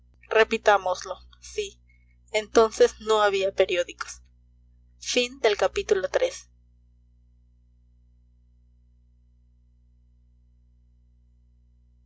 repitámoslo sí entonces no había periódicos cuando